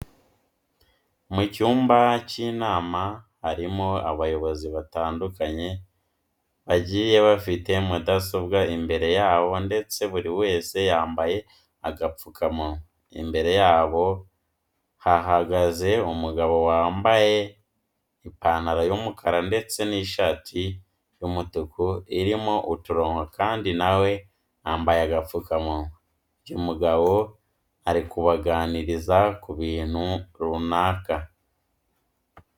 Mu cyumba cy'inama harimo abayobozi batandukanye bagiye bafite mudasobwa imbere yabo ndetse buri wese yambaye agapfukamunwa. Imbere yabo hahagaze umugabo wambaye ipantaro y'umukara ndetse n'ishati y'umutuku irimo uturongo kandi na we yambaye agapfukamunwa. Uyu mugabo ari kubaganiriza ku bintu runaka.